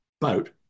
boat